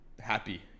Happy